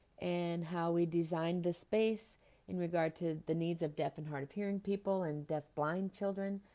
and how we designed the space in regard to the needs of deaf and hard of hearing people and deafblind children.